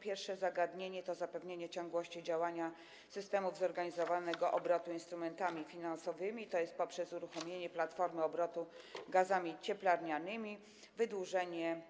Pierwsze zagadnienie to zapewnienie ciągłości działania systemów zorganizowanego obrotu instrumentami finansowymi, tj. poprzez uruchomienie platformy obrotu gazami cieplarnianymi, wydłużenie